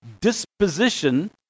disposition